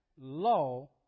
law